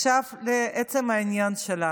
לעצם העניין שלנו,